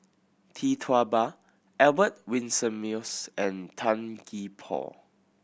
Tee Tua Ba Albert Winsemius and Tan Gee Paw